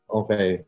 okay